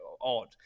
odd